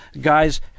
guys